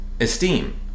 esteem